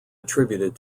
attributed